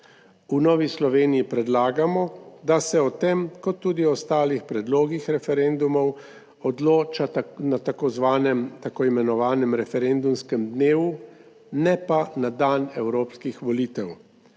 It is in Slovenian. V Novi Sloveniji predlagamo, da se o tem kot tudi ostalih predlogih referendumov odloča na tako imenovanem referendumskem dnevu, ne pa na dan evropskih volitev.